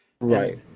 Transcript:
Right